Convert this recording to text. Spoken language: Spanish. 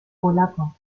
polaco